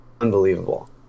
unbelievable